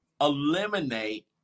eliminate